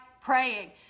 praying